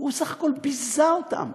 הוא בסך הכול ביזה אותם.